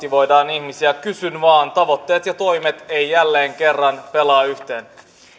jolla motivoidaan ihmisiä kysyn vaan tavoitteet ja toimet eivät jälleen kerran pelaa yhteen